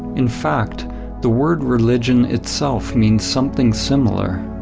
in fact the word religion itself means something similar.